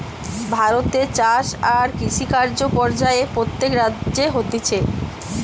ভারতে চাষ আর কৃষিকাজ পর্যায়ে প্রত্যেক রাজ্যে হতিছে